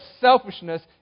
selfishness